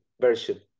version